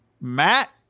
Matt